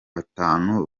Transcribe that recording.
batanu